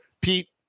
Pete